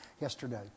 yesterday